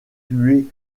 tué